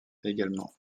également